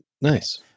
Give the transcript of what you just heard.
Nice